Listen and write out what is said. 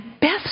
best